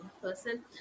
person